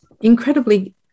incredibly